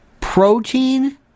protein